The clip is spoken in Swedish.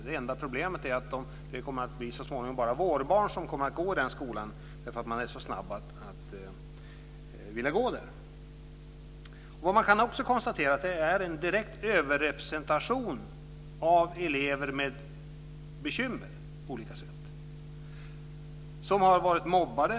Det enda problemet är att det så småningom bara kommer att bli vårbarn som kommer att gå i den skolan eftersom man är så snabb att anmäla sig. Man kan också konstatera att det är en direkt överrepresentation av elever med bekymmer på olika sätt. Det är elever som har varit mobbade.